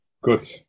Good